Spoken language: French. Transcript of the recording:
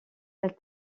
elle